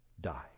die